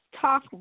talk